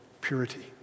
purity